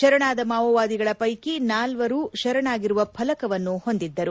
ಶರಣಾದ ಮಾವೋವಾದಿಗಳ ಪೈಕಿ ನಾಲ್ವರು ಶರಣಾಗಿರುವ ಫಲಕವನ್ನು ಹೊಂದಿದ್ದರು